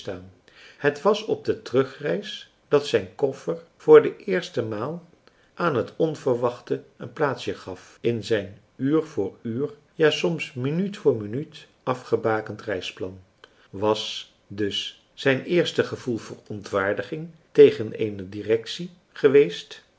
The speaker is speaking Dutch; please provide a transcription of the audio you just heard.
het was op de terugreis dat zijn koffer voor de eerste maal aan het onverwachte een plaatsje gaf in zijn uur voor uur ja soms minuut voor minuut afgebakend reisplan was dus zijn eerste gevoel verontwaardiging tegen eene directie geweest